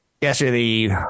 Yesterday